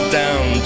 down